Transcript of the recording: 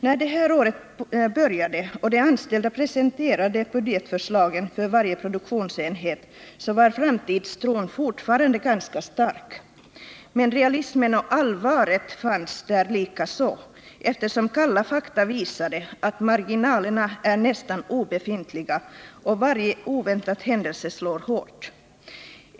När det här året började och de anställda presenterade budgetförslagen för varje produktionsenhet var framtidstron fortfarande ganska stark. Men realismen och allvaret fanns där likaså, eftersom kalla fakta visade att marginalerna är nästan obefintliga och varje oväntad händelse slår hårt.